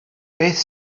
beth